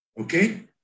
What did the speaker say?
Okay